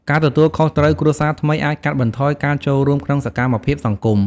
ការទទួលខុសត្រូវគ្រួសារថ្មីអាចកាត់បន្ថយការចូលរួមក្នុងសកម្មភាពសង្គម។